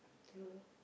true